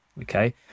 Okay